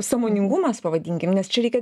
sąmoningumas pavadinkim nes čia reikia